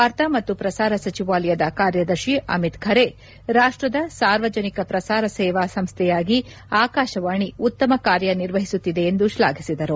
ವಾರ್ತಾ ಮತ್ತು ಪ್ರಸಾರ ಸಚಿವಾಲಯದ ಕಾರ್ಯದರ್ಶಿ ಅಮಿತ್ ಖರೆ ರಾಷ್ಸದ ಸಾರ್ವಜನಿಕ ಪ್ರಸಾರ ಸೇವಾ ಸಂಸ್ಥೆಯಾಗಿ ಆಕಾಶವಾಣಿ ಉತ್ತಮ ಕಾರ್ಯ ನಿರ್ವಹಿಸುತ್ತಿದೆ ಎಂದು ಶ್ಲಾಘಿಸಿದರು